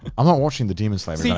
i'm not watching the demon slayer. yeah